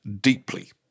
deeply